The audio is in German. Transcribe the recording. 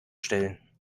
stellen